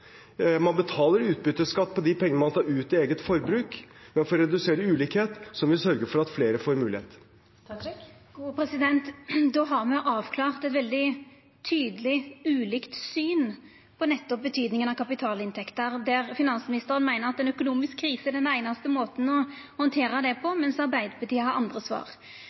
Man betaler utbytteskatt på de pengene man tar ut til eget forbruk, men for å redusere ulikhet må vi sørge for at flere får muligheter. Det blir oppfølgingsspørsmål – først Hadia Tajik. Då har me avklart eit veldig tydeleg ulikt syn på nettopp betydninga av kapitalinntekter, der finansministeren meiner at ei økonomisk krise er den einaste måten å handtera det på, mens Arbeidarpartiet har andre svar.